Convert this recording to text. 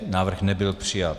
Návrh nebyl přijat.